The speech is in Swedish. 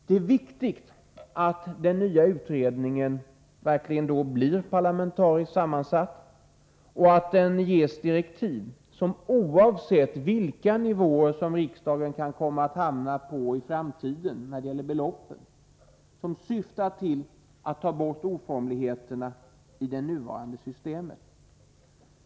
Det är viktigt att den nya utredningen verkligen blir parlamentariskt sammansatt och att den ges direktiv som — oavsett vilka nivåer som riksdagen kan komma att hamna på i framtiden när det gäller beloppen — syftar till att ta bort oformligheterna i det nuvarande systemet.